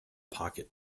pocket